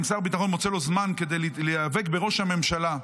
אם שר הביטחון מוצא לו זמן כדי להיאבק בראש הממשלה,